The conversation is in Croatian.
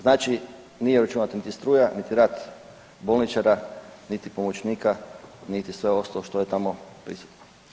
Znači, nije uračunata niti struja, niti rad bolničara, niti pomoćnika, niti sve ostalo što je tamo prisutno.